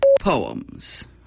Poems